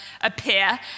appear